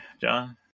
John